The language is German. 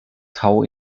tau